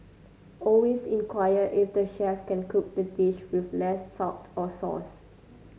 always inquire if the chef can cook the dish with less salt or sauce